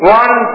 one